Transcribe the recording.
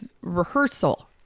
rehearsal